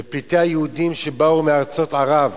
ופליטי היהודים שבאו מארצות ערב,